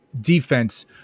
defense